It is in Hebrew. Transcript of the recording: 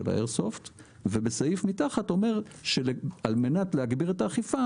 האיירסופט ובסעיף מתחת אומרת שעל-מנת להגביר את האכיפה,